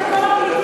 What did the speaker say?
יותר מכל הפליטים.